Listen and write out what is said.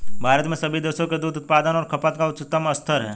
भारत में सभी देशों के दूध उत्पादन और खपत का उच्चतम स्तर है